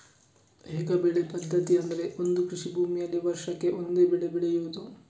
ಏಕ ಬೆಳೆ ಪದ್ಧತಿ ಅಂದ್ರೆ ಒಂದು ಕೃಷಿ ಭೂಮಿನಲ್ಲಿ ವರ್ಷಕ್ಕೆ ಒಂದೇ ಬೆಳೆ ಬೆಳೆಯುದು